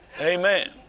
Amen